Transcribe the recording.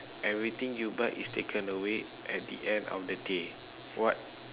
everything you buy is taken away at the end of the day what